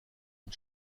une